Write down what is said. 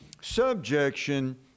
subjection